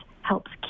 helps